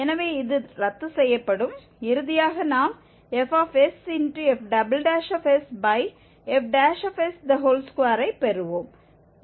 எனவே இது ரத்து செய்யப்படும் இறுதியாக நாம் fff2 ஐ பெறுவோம்